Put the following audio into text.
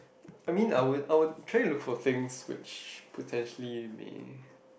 I mean I would I would try to look for things which potentially may